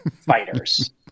fighters